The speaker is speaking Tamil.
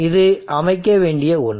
இது அமைக்க வேண்டிய ஒன்று